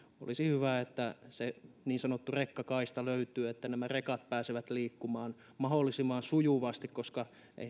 olisi hyvä että se niin sanottu rekkakaista löytyy jotta nämä rekat pääsevät liikkumaan mahdollisimman sujuvasti koska eiväthän